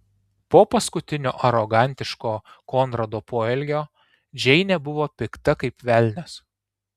po paskutinio arogantiško konrado poelgio džeinė buvo pikta kaip velnias